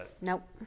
Nope